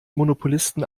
monopolisten